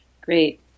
Great